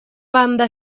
banda